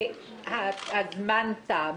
והזמן תם,